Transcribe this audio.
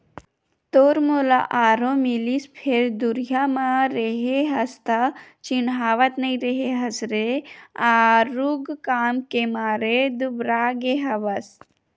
तोर मोला आरो मिलिस फेर दुरिहा म रेहे हस त चिन्हावत नइ रेहे हस रे आरुग काम के मारे दुबरागे हवस